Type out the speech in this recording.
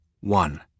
one